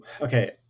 Okay